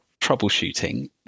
troubleshooting